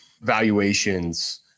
valuations